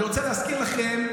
אני רוצה להזכיר לכם,